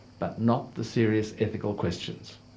but not the serious ethical questions.